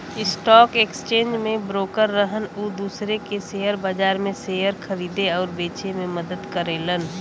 stock exchange में broker रहन उ दूसरे के शेयर बाजार में शेयर खरीदे आउर बेचे में मदद करेलन